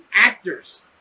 actors